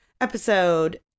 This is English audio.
Episode